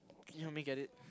you help me get it